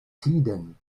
tiden